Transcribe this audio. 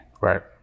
Right